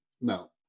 no